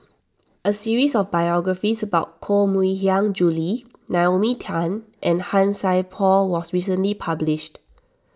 a series of biographies about Koh Mui Hiang Julie Naomi Tan and Han Sai Por was recently published